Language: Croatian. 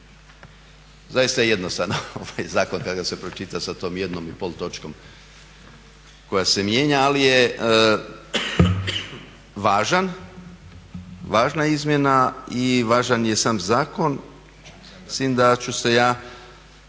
Zaista je jednostavan ovaj zakon kad ga se pročita sa tom jednom i pol točkom koja se mijenja, ali je važan važna izmjena i važan je sam zakon